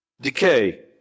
decay